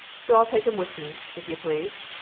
so i'll take em with me, if you please.